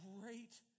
great